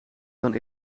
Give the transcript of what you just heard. kan